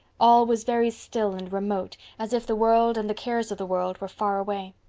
all was very still and remote, as if the world and the cares of the world were far away.